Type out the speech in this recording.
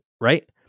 right